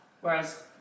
Whereas